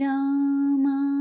Rama